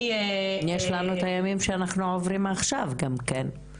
אני --- יש לנו את הימים שאנחנו עוברים עכשיו גם כן,